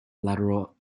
lateral